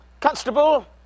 Constable